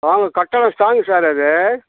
strong கட்டிடம் strong sir அது